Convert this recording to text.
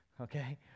okay